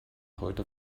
heute